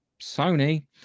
Sony